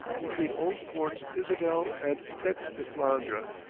between old forts isabelle and tete de flandre,